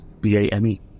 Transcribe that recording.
B-A-M-E